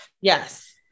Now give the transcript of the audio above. Yes